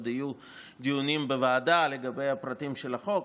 שעוד יהיו דיונים בוועדה לגבי הפרטים של החוק,